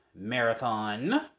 marathon